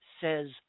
says